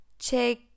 Check